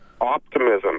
optimism